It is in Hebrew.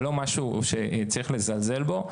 זה לא משהו שצריך לזלזל בו,